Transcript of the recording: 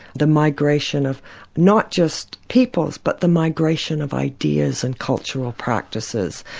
the migration of not just peoples but the migration of ideas and cultural practices,